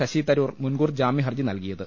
ശശി തരൂർ മുൻ കൂർ ജാമ്യഹർജി നൽകിയത്